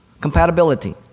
Compatibility